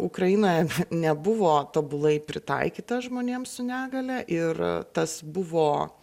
ukrainoje nebuvo tobulai pritaikyta žmonėm su negalia ir tas buvo